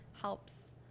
helps